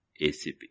ACP